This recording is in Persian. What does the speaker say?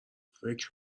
فکر